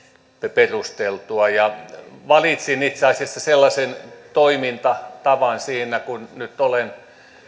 perusteltua valitsin itse asiassa sellaisen toimintatavan siinä kun nyt olen